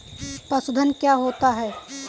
पशुधन क्या होता है?